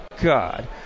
God